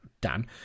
Dan